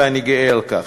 ואני גאה על כך,